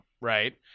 right